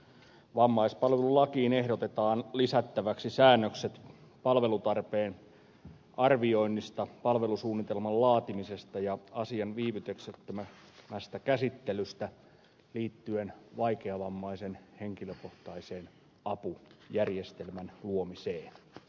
vammaispalvelulakiin ehdotetaan lisättäväksi säännökset palvelutarpeen arvioinnista palvelusuunnitelman laatimisesta ja asian viivytyksettömästä käsittelystä liittyen vaikeavammaisen henkilökohtaisen apujärjestelmän luomiseen